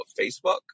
facebook